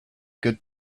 good